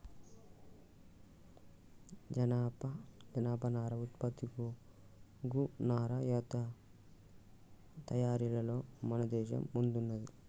జనపనార ఉత్పత్తి గోగు నారా తయారీలలో మన దేశం ముందున్నది